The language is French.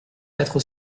quatre